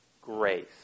Grace